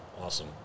Awesome